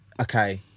okay